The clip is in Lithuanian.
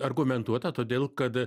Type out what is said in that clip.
argumentuota todėl kad